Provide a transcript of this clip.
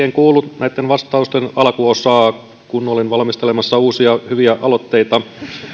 en kuullut näitten vastausten alkuosaa kun olin valmistelemassa uusia hyviä aloitteita